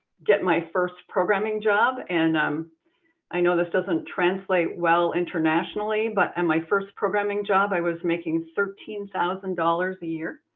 get my first programming job. and um i know this doesn't translate well internationally, but in and my first programming job, i was making thirteen thousand dollars a year.